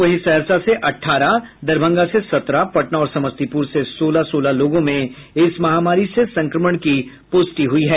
वहीं सहरसा से अठारह दरभंगा से सत्रह पटना और समस्तीपुर से सोलह सोलह लोगों में इस महामारी से संक्रमण की पुष्टि हुई है